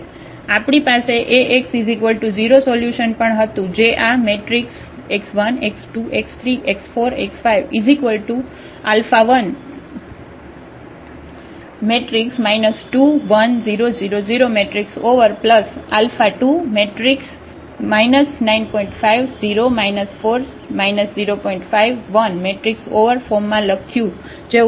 આપણી પાસે Ax 0 solution પણ હતું જે આ ફોર્મમાં લખ્યું જે ઉકેલો ઉત્પન્ન કરે છે